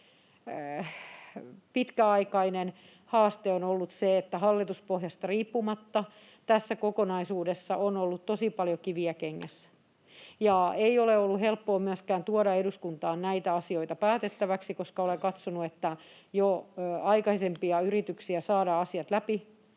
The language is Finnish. pitkäaikainen haaste on ollut se, että hallituspohjasta riippumatta tässä kokonaisuudessa on ollut tosi paljon kiviä kengässä. Ei ollut helppoa myöskään tuoda eduskuntaan näitä asioita päätettäväksi, koska olen katsonut, että on ollut jo aikaisempia yrityksiä saada asiat läpi